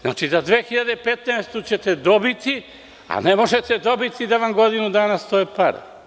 Znači do 2015. godine ćete dobiti, a ne možete dobiti da vam godinu dana stoje pare.